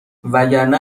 وگرنه